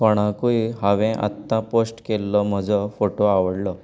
कोणाकूय हांवें आत्तां पोस्ट केल्लो म्हजो फोटो आवडलो